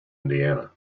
indiana